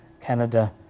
Canada